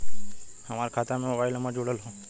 हमार खाता में मोबाइल नम्बर जुड़ल हो?